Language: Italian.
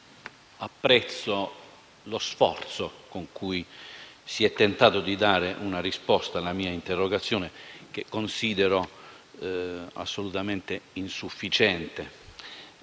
apprezzo lo sforzo con cui si è tentato di dare una risposta alla mia interrogazione, risposta che considero assolutamente insufficiente,